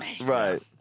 Right